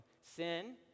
sin